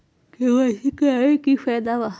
KYC करवाबे के कि फायदा है?